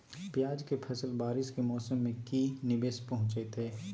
प्याज के फसल बारिस के मौसम में की निवेस पहुचैताई?